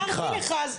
הפרקליטות פיקחה?